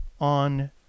on